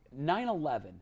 9-11